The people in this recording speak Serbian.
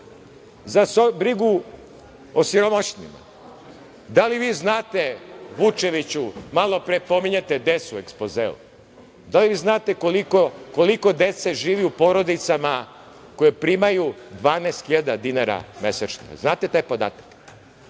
za brigu o siromašnima? Da li vi znate, Vučeviću, malopre pominjete decu u ekspozeu, koliko dece živi u porodicama koje primaju 12.000 dinara mesečno? Da li znate taj podatak?